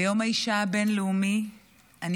ביום האישה הבין-לאומי אני